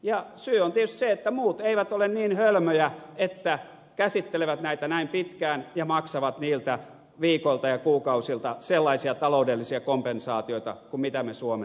ja syy on tietysti se että muut eivät ole niin hölmöjä että käsittelevät näitä näin pitkään ja maksavat niiltä viikoilta ja kuukausilta sellaisia taloudellisia kompensaatioita kuin mitä me suomessa maksamme